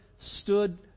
stood